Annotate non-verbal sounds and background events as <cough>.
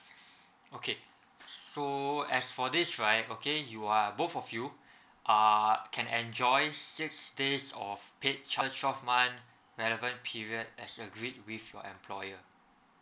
okay so as for this right okay you are both of you <breath> uh can enjoy six days of paid twel~ twelve month relevant period as agreed with your employer